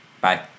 Bye